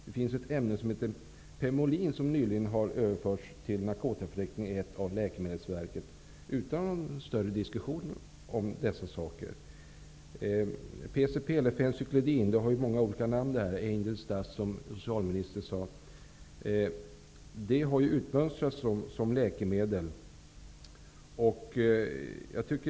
Det finns ett ämne som heter pemolin som tydligen har överförts till narkotikaförteckning I av Läkemedelsverket utan någon större diskussion i frågan. PCP, fencyklidin eller Angels dust, som socialministern sade -- det har många olika namn -- har utmönstrats som läkemedel.